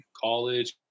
college